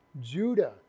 Judah